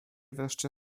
wreszcie